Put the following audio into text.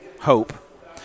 hope